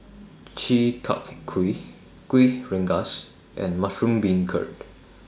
Chi Kak Kuih Kuih Rengas and Mushroom Beancurd